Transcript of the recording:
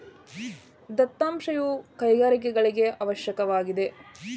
ದತ್ತಾಂಶವು ಕೈಗಾರಿಕೆಗಳಿಗೆ ಅವಶ್ಯಕವಾಗಿದೆ